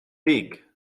weg